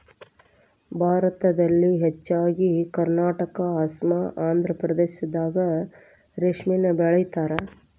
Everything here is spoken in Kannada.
ಭಾರತದಲ್ಲಿ ಹೆಚ್ಚಾಗಿ ಕರ್ನಾಟಕಾ ಅಸ್ಸಾಂ ಆಂದ್ರಪ್ರದೇಶದಾಗ ರೇಶ್ಮಿನ ಬೆಳಿತಾರ